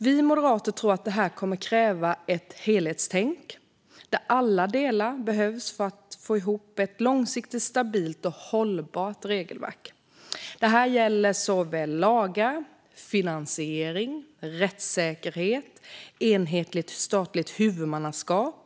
Vi moderater tror att det kommer att krävas ett helhetstänk, där alla delar behövs för att få ihop ett långsiktigt stabilt och hållbart regelverk. Det gäller lagar, finansiering, rättssäkerhet och ett enhetligt statligt huvudmannaskap.